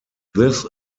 this